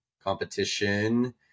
competition